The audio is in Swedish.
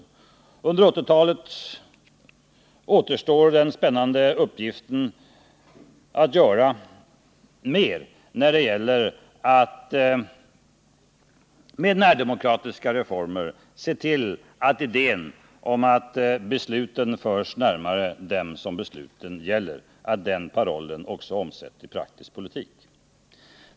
Under 1980-talet återstår den spännande uppgiften att med närdemokratiska reformer se till att parollen om att besluten förs närmare dem som berörs av besluten också omsätts i praktisk politik.